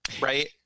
right